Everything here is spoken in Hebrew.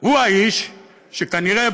הוא האיש שכנראה,